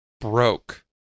broke